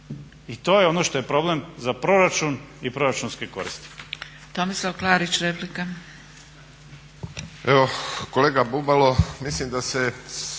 i to je ono što je problem za proračun i proračunske korisnike.